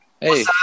Hey